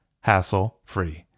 hassle-free